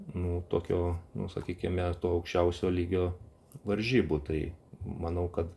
nu tokio sakykime to aukščiausio lygio varžybų tai manau kad